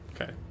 Okay